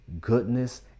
goodness